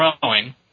growing